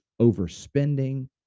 overspending